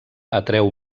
atreu